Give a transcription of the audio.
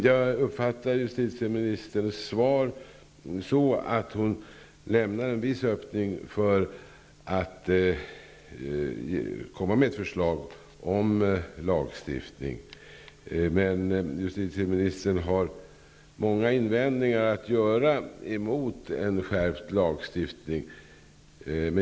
Jag uppfattar justitieministerns svar så, att hon lämnar en viss öppning för att komma med ett förslag om lagstiftning. Men justitieministern har många invändningar mot att genomföra en skärpt lagstiftning.